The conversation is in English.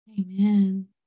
Amen